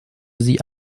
sie